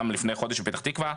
גם לפני חודש בפתח תקווה,